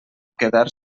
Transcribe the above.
quedar